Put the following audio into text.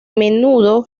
menudo